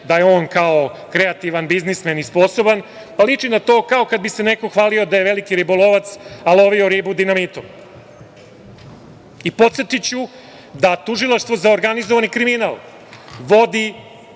da je on, kao, kreativan, biznismen i sposoban, liči na to kao kad bi se neko hvalio da je veliki ribolovac a lovio ribu dinamitom. Podsetiću da Tužilaštvo za organizovani kriminal vodi